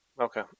okay